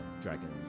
dragon